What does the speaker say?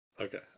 Okay